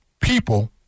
people